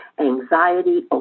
anxiety